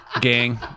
gang